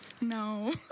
No